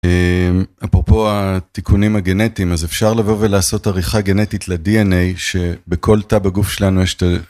אפרופו התיקונים הגנטיים אז אפשר לבוא ולעשות עריכה גנטית לדי.אן.איי שבכל תא בגוף שלנו יש את ה.